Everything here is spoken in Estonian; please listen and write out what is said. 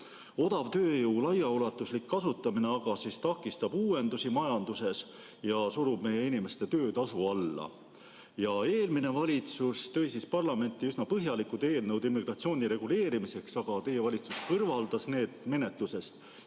odavtööjõu laiaulatuslik kasutamine aga takistab uuendusi majanduses ja surub meie inimeste töötasu alla. Eelmine valitsus tõi parlamenti üsna põhjalikud eelnõud immigratsiooni reguleerimiseks, aga teie valitsus kõrvaldas need menetlusest.